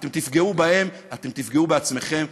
אתם תפגעו בהם, אתם תפגעו בעצמכם.